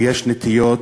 ויש נטיות,